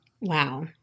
Wow